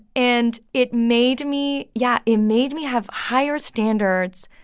and it made me yeah, it made me have higher standards.